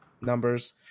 numbers